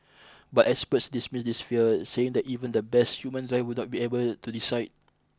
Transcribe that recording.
but experts dismiss this fear saying that even the best human driver would not be able to decide